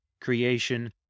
creation